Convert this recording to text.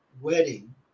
wedding